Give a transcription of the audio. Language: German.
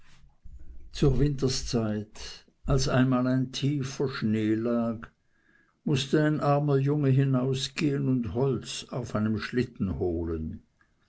zur winterszeit als einmal ein tiefer schnee lag mußte ein armer junge hinausgehen und holz auf einem schlitten holen